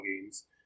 games